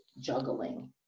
juggling